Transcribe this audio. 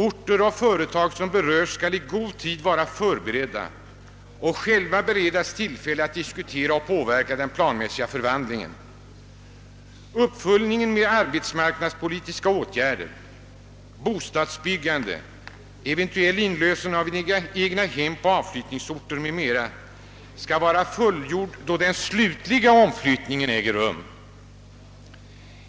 Orter och företag som berörs skall i god tid vara förberedda och själva beredas tillfälle att diskutera och påverka den planmässiga förvandlingen. Uppföljningen med arbetsmarknadspolitiska åtgärder, bostadsbyggande, eventuell inlösen av egnahem på avflyttningsorterna m.m. skall vara fullgjord då den slutliga omflyttningen äger rum.